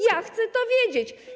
Ja chcę to wiedzieć.